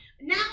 now